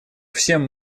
всем